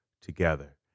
together